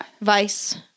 Vice